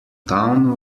town